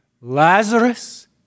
Lazarus